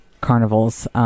Carnival's